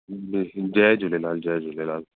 जय झूलेलाल जय झूलेलाल